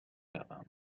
روم